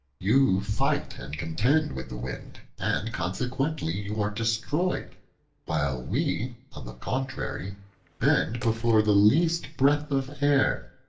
you fight and contend with the wind, and consequently you are destroyed while we on the contrary bend before the least breath of air,